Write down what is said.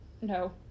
No